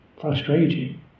frustrating